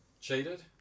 cheated